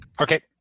okay